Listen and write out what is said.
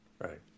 Right